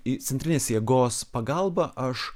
įcentrinės jėgos pagalba aš